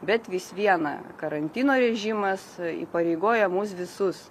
bet vis viena karantino režimas įpareigoja mus visus